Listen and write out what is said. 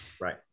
Right